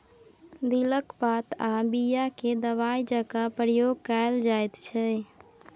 दिलक पात आ बीया केँ दबाइ जकाँ प्रयोग कएल जाइत छै